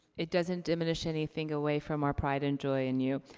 it doesn't diminish anything away from our pride and joy in you.